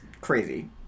crazy